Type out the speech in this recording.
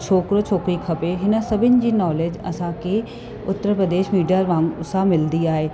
छोकिरो छोकिरी खपे हिन सभिनि जी नॉलेज असांखे उत्तर प्रदेश मीडिया वा सां मिलंदी आहे